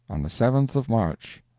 on the seventh of march,